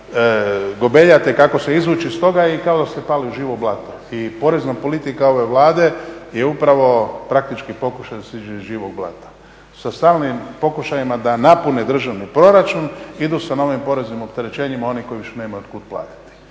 samo gobeljate kako se izvući iz toga i kao da ste pali u živo blato. I porezna politika ove Vlade je upravo praktički pokušaj da se izađe iz živog blata. Sa stalnim pokušajima da napune državni proračun idu sa novim poreznim opterećenjima oni koji više nemaju otkud platiti.